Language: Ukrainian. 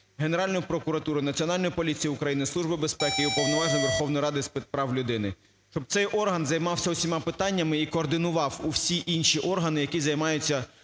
Генеральною прокуратурою, Національною поліцією України, Службою безпеки і Уповноваженим Верховної Ради з прав людини. Щоб цей орган займався усіма питаннями і координував усі інші органи, які займаються